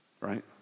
Right